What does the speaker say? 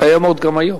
קיימות גם היום.